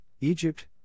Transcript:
Egypt